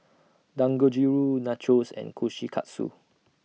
Dangojiru Nachos and Kushikatsu